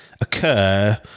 occur